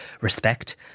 respect